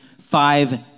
five